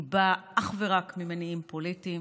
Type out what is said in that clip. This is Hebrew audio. היא באה אך ורק ממניעים פוליטיים.